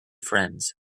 friends